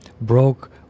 broke